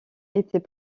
était